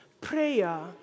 Prayer